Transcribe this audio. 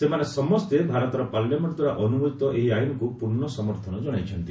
ସେମାନେ ସମସ୍ତେ ଭାରତର ପାର୍ଲାମେଙ୍କଦ୍ୱାରା ଅନୁମୋଦିତ ଏହି ଆଇନକୁ ପୂର୍ଣ୍ଣ ସମର୍ଥନ ଜଣାଇଛନ୍ତି